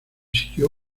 siguió